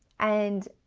and